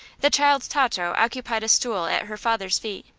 the child tato occupied a stool at her father's feet,